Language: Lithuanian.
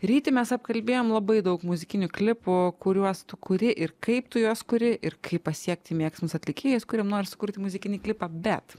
ryti mes apkalbėjom labai daug muzikinių klipų kuriuos tu kuri ir kaip tu juos kuri ir kaip pasiekti mėgstamus atlikėjus kuriem nori sukurti muzikinį klipą bet